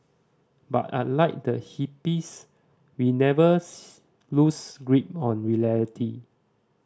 but unlike the hippies we never lose grip on